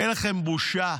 אין לכם בושה.